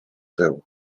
był